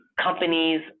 companies